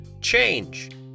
change